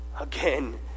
Again